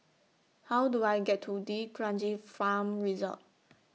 How Do I get to D'Kranji Farm Resort